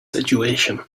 situation